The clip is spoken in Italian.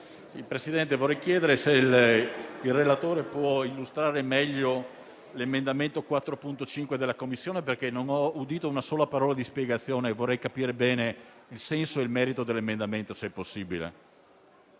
Presidente, vorrei chiedere se il relatore può illustrare meglio l'emendamento 4.5 (testo 2 corretto) della Commissione, perché non ho udito una sola parola di spiegazione, ma vorrei capirne bene il senso e il merito, se possibile.